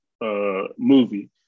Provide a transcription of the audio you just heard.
movie